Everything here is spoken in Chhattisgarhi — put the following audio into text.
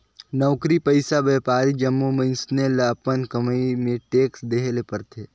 नउकरी पइसा, बयपारी जम्मो मइनसे ल अपन कमई में टेक्स देहे ले परथे